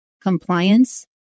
compliance